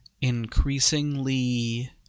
increasingly